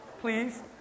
please